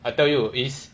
I tell you is